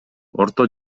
орто